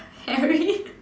hairy